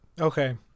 Okay